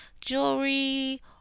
jewelry